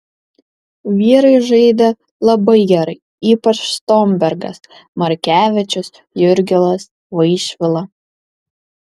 vyrai žaidė labai gerai ypač štombergas markevičius jurgilas vaišvila